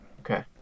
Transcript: Okay